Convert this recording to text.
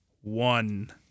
One